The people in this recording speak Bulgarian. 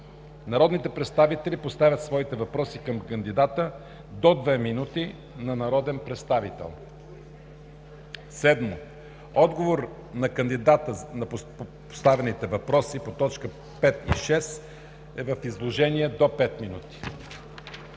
Народните представители поставят своите въпроси към кандидата – до 2 минути на народен представител. 7. Отговор на кандидата на поставените въпроси по т. 5 и 6 – в изложение до 5 минути.